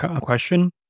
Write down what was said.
question